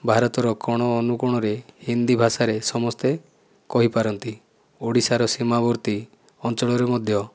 ଭାରତର କୋଣ ଅନୁକୋଣରେ ହିନ୍ଦୀଭାଷାରେ ସମସ୍ତେ କହିପାରନ୍ତି ଓଡ଼ିଶାରେ ସୀମାବର୍ତ୍ତୀ ଅଞ୍ଚଳରେ ମଧ୍ୟ